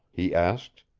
he asked,